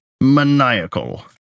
maniacal